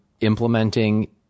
implementing